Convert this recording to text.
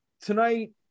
Tonight